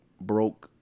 broke